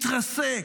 מתרסק.